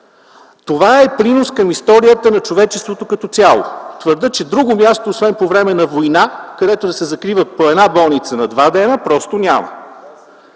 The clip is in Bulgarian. Това е принос към историята на човечеството като цяло! Твърдя, че друго място освен по време на война, където се закрива по една болница на два дни, просто няма.